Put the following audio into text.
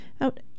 out